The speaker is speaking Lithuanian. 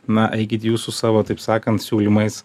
na eikit jūs su savo taip sakant siūlymais